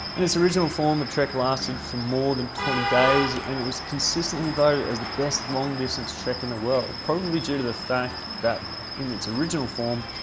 in it's original form the trek lasted for more than twenty days and was consistently voted as the best long distance trek in the world, probably due to the fact that in it's original form,